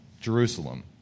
Jerusalem